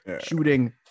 shooting